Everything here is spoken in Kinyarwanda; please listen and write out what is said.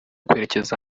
kwerekeza